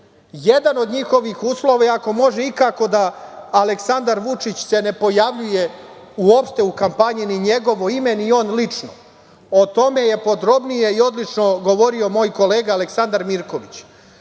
Jedan od njihovih uslova je ako može ikako da Aleksandar Vučić se ne pojavljuje uopšte u kampanji, ni njegovo ime, ni on lično. O tome je podrobnije i odlično govorio moj kolega Aleksandar Mirković. Pošto